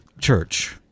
church